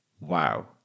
wow